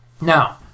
Now